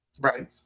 Right